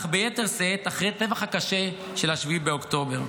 אך ביתר שאת אחרי הטבח הקשה של 7 באוקטובר.